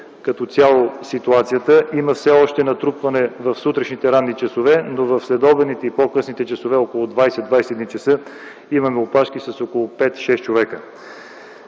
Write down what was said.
като цяло ситуацията. Има все още натрупване в сутрешните ранни часове, но в следобедните и по-късните часове около 20,00-21,00 ч. имаме опашки с около 5-6 човека.